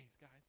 guys